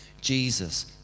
Jesus